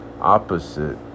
opposite